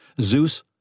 Zeus